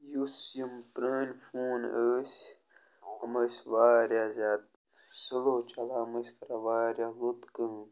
یُس یِم پرٛٲنۍ فون ٲسۍ یِم ٲسۍ واریاہ زیادٕ سُلو چَلان یِم ٲسۍ کَران واریاہ لوٚت کٲم